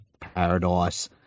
paradise